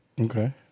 Okay